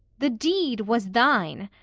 the deed was thine.